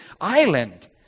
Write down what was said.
island